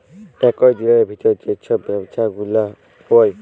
একই দিলের ভিতর যেই সব ব্যবসা গুলা হউ